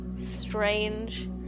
strange